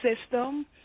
system